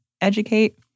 educate